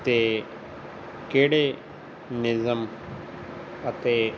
'ਤੇ ਕਿਹੜੇ ਨਿਯਮ ਅਤੇ